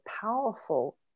powerful